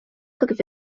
как